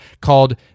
called